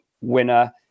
winner